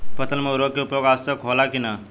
फसल में उर्वरक के उपयोग आवश्यक होला कि न?